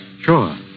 Sure